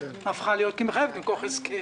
הפכה להיות כי היא מחייבת מכוח הסכם.